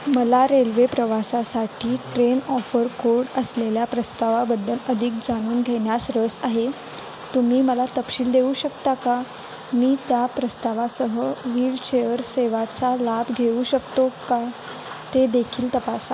मला रेल्वे प्रवासासाठी train offer code असलेल्या प्रस्तावाबद्दल अधिक जाणून घेण्यास रस आहे तुम्ही मला तपशील देऊ शकता का मी त्या प्रस्तावासह व्हीलचेअर सेवाचा लाभ घेऊ शकतो का ते देखील तपासा